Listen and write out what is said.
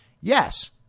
Yes